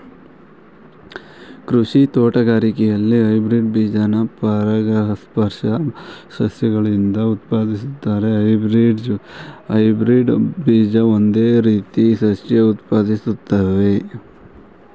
ಕೃಷಿ ತೋಟಗಾರಿಕೆಲಿ ಹೈಬ್ರಿಡ್ ಬೀಜನ ಪರಾಗಸ್ಪರ್ಶ ಸಸ್ಯಗಳಿಂದ ಉತ್ಪಾದಿಸ್ತಾರೆ ಹೈಬ್ರಿಡ್ ಬೀಜ ಒಂದೇ ರೀತಿ ಸಸ್ಯ ಉತ್ಪಾದಿಸ್ತವೆ